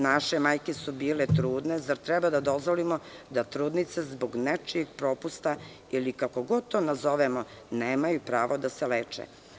Naše majke su bile trudne, zar treba da dozvolimo da trudnice zbog nečijih propusta ili kako god to nazovemo nemaju pravo da se leče.